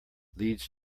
leads